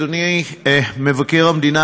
אדוני מבקר המדינה,